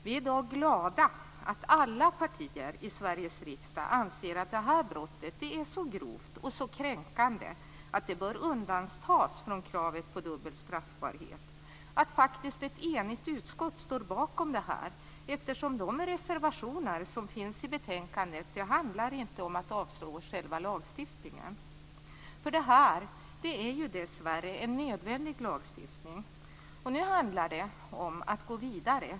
Vi är i dag glada att alla partier i Sveriges riksdag anser att detta brott är så grovt och så kränkande att det bör undantas från kravet på dubbel straffbarhet. Och ett enigt utskott står faktiskt bakom detta. De reservationer som finns i betänkandet handlar inte om att avslå själva lagstiftningen. Detta är ju dessvärre en nödvändig lagstiftning. Nu handlar det om att gå vidare.